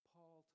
Paul